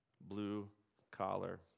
blue-collar